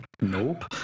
Nope